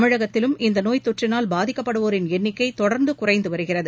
தமிழகத்திலும் இந்த நோய் தொற்றினால் பாதிக்கப்படுவோரின் எண்ணிக்கை தொடர்ந்து குறைந்து வருகிறது